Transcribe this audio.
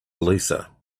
lisa